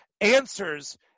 answers